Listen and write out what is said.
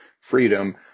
Freedom